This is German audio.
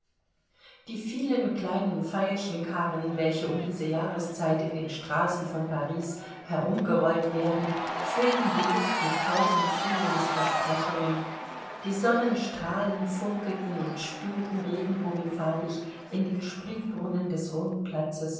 die vielen kleinen veilchenkarren welche um diese jahreszeit in den straßen von paris herumgerollt werden füllten die luft mit tausend frühlingsversprechungen die sonnenstrahlen funkelten und spielten regenbogenfarbig in den springbrunnen des rundplatzes